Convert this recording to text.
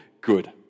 good